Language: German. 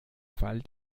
fall